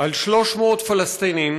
על 300 פלסטינים